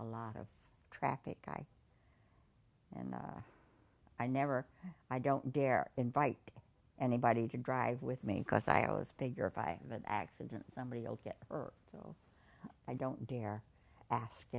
a lot of traffic i and i never i don't dare invite anybody to drive with me because i always figure if i have an accident somebody will get hurt so i don't dare ask